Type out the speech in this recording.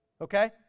Okay